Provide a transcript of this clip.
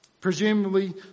Presumably